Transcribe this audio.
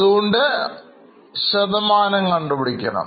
അതുകൊണ്ട് നാം ശതമാനം കണ്ടുപിടിക്കണം